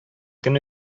көн